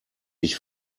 ich